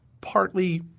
partly